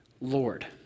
Lord